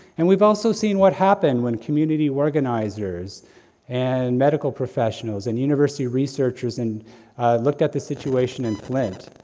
and we've also seen what happens when community organizers and medical professionals, and university researchers and look at the situation in front,